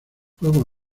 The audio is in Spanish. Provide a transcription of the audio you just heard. juegos